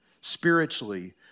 spiritually